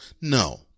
no